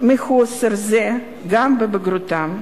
מחוסר זה גם בבגרותם.